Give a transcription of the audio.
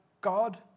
God